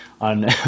on